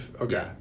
okay